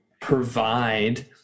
provide